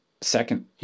Second